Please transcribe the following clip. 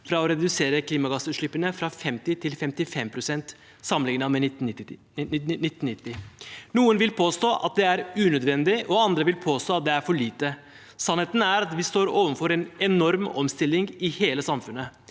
for å redusere klimagassutslippene fra 50 til 55 pst. sammenlignet med 1990. Noen vil påstå at det er unødvendig, og andre vil påstå at det er for lite. Sannheten er at vi står overfor en enorm omstilling i hele samfunnet,